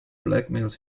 blackmails